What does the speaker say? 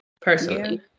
personally